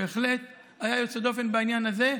בהחלט היה יוצא דופן בעניין הזה.